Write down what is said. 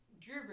Drew